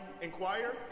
Inquire